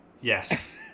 Yes